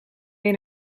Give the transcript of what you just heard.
weer